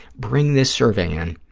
bring this survey in,